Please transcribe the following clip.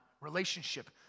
relationship